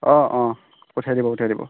অঁ অঁ পঠিয়াই দিব পঠিয়াই দিব